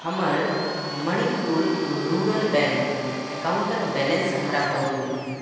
हमर Manipur rural bank अकाउण्टके balance हमरा कहू